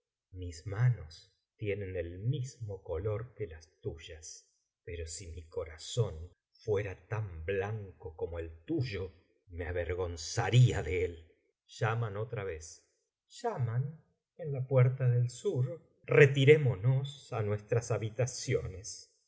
mis manos tienen el mismo color que las tuyas pero si mi corazón fuera tan blanco como el tuyo me avergonzaría de él llaman otra vez llaman en la puerta del sur retirémonos á nuestras habitaciones